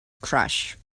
crash